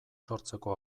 sortzeko